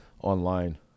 online